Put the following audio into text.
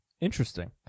Interesting